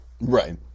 Right